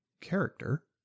character